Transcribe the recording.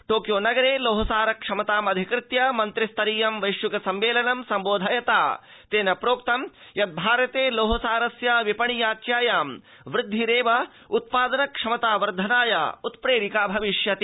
Tokyo नगरे लौहसार क्षमताधिकृत्य मन्त्रिस्तरीयं वैश्विक सम्मेलनं सम्बोधयता श्रीप्रधानेन प्रोक्तम् यद भारते लौहसारस्य विपणि याच्ञायां वृद्विरेव उत्पादन क्षमता वर्धनाय उत्प्रेरिका भविष्यति